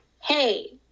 Hey